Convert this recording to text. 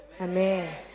Amen